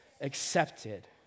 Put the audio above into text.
accepted